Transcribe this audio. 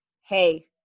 Hey